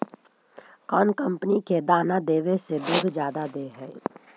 कौन कंपनी के दाना देबए से दुध जादा दे है?